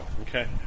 Okay